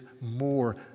more